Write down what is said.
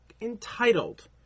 entitled